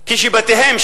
כשבתיהם,